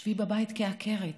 שבי בבית כעקרת